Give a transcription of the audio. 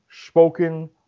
spoken